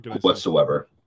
whatsoever